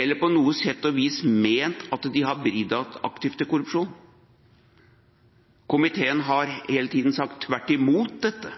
eller på noe sett og vis ment at de har bidratt aktivt til korrupsjon. Komiteen har hele tiden sagt tvert imot dette.